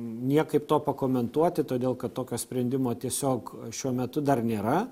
niekaip to pakomentuoti todėl kad tokio sprendimo tiesiog šiuo metu dar nėra